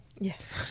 Yes